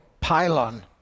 pylon